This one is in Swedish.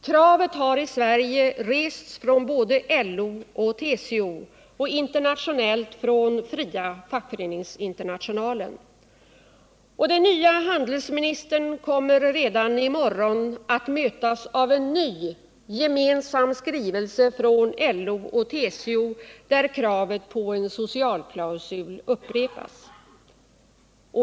Kravet har i Sverige rests från både LO och TCO och internationellt av Fria Fackföreningsinternationalen. Den nya handelsministern kommer redan i morgon att mötas av en ny gemensam skrivelse från LO och TCO, där kravet på en socialklausul upprepas.